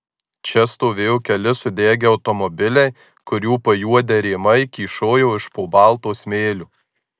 čia stovėjo keli sudegę automobiliai kurių pajuodę rėmai kyšojo iš po balto smėlio